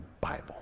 Bible